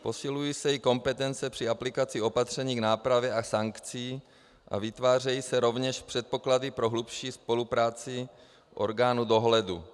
Posilují se i kompetence při aplikaci opatření k nápravě a sankcí a vytvářejí se rovněž předpoklady pro hlubší spolupráci orgánů dohledu.